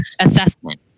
assessment